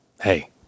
hey